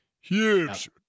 huge